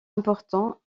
importants